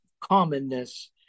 commonness